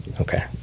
Okay